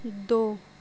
دو